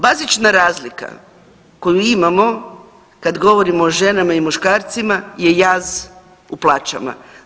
Bazična razlika koju imamo kad govorimo o ženama i muškarcima je jaz u plaćama.